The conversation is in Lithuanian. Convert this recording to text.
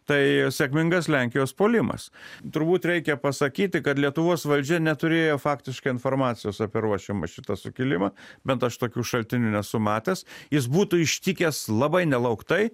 tai sėkmingas lenkijos puolimas turbūt reikia pasakyti kad lietuvos valdžia neturėjo faktiškai informacijos apie ruošiamą šitą sukilimą bent aš tokių šaltinių nesu matęs jis būtų ištikęs labai nelauktai